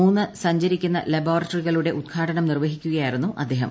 മൂന്ന് സഞ്ചരിക്കുന്ന ലബോറട്ടറികളുടെ ഉദ്ഘാടനം നിർവ്വഹിക്കുകയായിരുന്നു അദ്ദേഹം